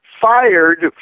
fired